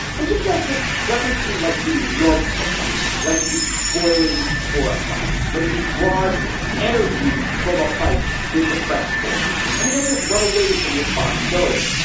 and jim, justice doesn't seem like he loves a fight, like he's spoiling for a fight, like he draws energy from a fight with the press corps and he doesn't run away from responsibility.